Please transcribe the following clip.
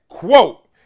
Quote